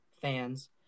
fans